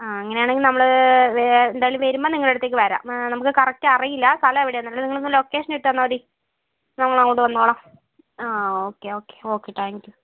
ആ അങ്ങനെയാണെങ്കിൽ നമ്മൾ വ എന്തായാലും വരുമ്പോൾ നിങ്ങളുടെ അടുത്തേക്ക് വരാം നമുക്ക് കറക്റ്റ് അറിയില്ല സ്ഥലമെവിടെയാണ് എന്നുള്ളത് നിങ്ങൾ ഒന്ന് ലൊക്കേഷൻ ഇട്ടുതന്നാൽ മതി നമ്മളങ്ങോട്ട് വന്നോളാം ആ okay okay okay thank you